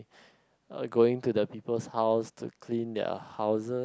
uh going to the peoples house to clean their houses